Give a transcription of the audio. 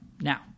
now